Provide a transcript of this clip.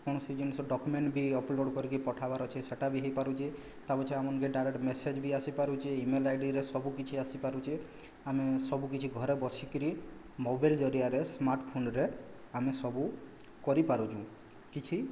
କୌଣସି ଜିନିଷ ଡକ୍ୟୁମେଣ୍ଟ୍ ବି ଅପଲୋଡ଼୍ କରିକି ପଠାଇବାର୍ ଅଛି ସେଇଟା ବି ହେଇପାରୁଛେ ତାପଛେ ଆମନ୍ କେ ଡାଇରେକ୍ଟ ମେସେଜ୍ ବି ଆସିପାରୁଛେ ଇମେଲ୍ ଆଇଡ଼ିରେ ସବୁକିଛି ଆସିପାରୁଛେ ଆମେ ସବୁକିଛି ଘରେ ବସିକିରି ମୋବାଇଲ୍ ଜରିଆରେ ସ୍ମାର୍ଟଫୋନ୍ରେ ଆମେ ସବୁ କରିପାରୁଛୁ କିଛି